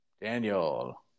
Daniel